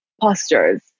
postures